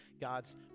God's